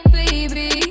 baby